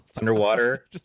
underwater